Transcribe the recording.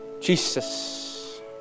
Jesus